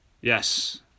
Yes